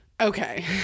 Okay